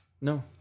No